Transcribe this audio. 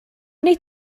wnei